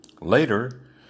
Later